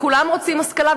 וכולם רוצים השכלה,